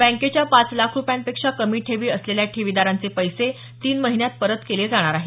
बँकेच्या पाच लाख रुपयांपेक्षा कमी ठेवी असलेल्या ठेवीदारांचे पैसे तीन महिन्यात परत केले जाणार आहेत